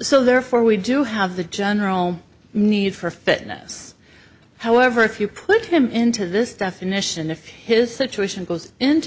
so therefore we do have the general need for fitness however if you put him into this definition if his situation goes into